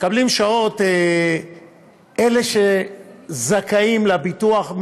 מקבלים שעות אלה שזכאים לביטוח.